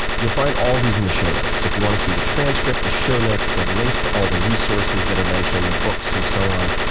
you'll find all these in the show notes. so if you want to see the transcript, the show notes, the links to all the resources that are mentioned, the books and so on,